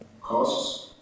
costs